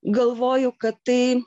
galvoju kad tai